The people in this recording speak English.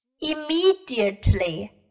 immediately